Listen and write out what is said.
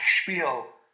spiel